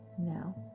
now